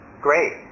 great